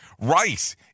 Rice